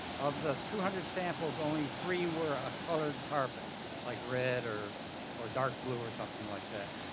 of the two hundred samples, only three were a colored carpet like red or or dark blue or something like that.